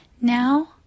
Now